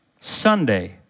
Sunday